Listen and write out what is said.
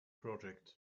project